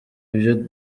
ibyo